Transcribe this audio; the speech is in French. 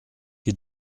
qui